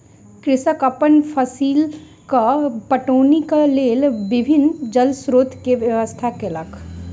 कृषक अपन फसीलक पटौनीक लेल विभिन्न जल स्रोत के व्यवस्था केलक